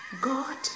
God